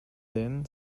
then